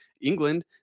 England